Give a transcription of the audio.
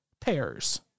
pears